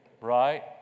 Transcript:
Right